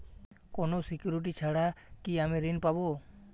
কোনো সিকুরিটি ছাড়া কি আমি ঋণ পাবো?